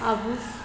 आभी